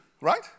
right